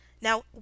Now